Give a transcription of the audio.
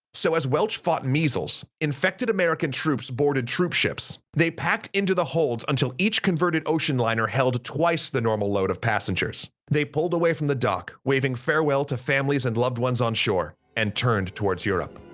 so as welch fought measles, infected american troops boarded troop ships. they packed into the hold until each converted ocean liner held twice the normal load of passengers. they pulled away from the dock waving farewell to families and loved ones on shore and turned towards europe.